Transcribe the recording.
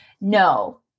No